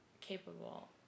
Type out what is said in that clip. capable